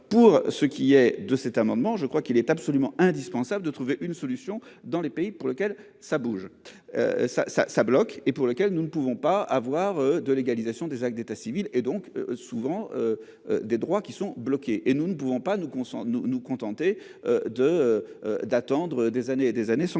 pour ce qui est de cet amendement. Je crois qu'il est absolument indispensable de trouver une solution dans les pays pour lesquels ça bouge. Ça ça ça bloque et pour lequel nous ne pouvons pas avoir de légalisation des actes d'état civil et donc souvent. Des droits qui sont bloqués et nous ne pouvons pas nous concentrons-nous nous contenter de. D'attendre des années et des années sans que ça bouge.